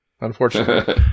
Unfortunately